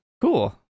cool